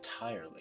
entirely